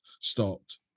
stopped